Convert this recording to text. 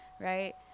right